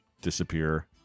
Disappear